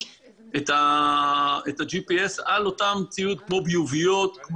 את ה-GPS על אותו ציוד כמו ביוביות.